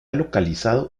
localizado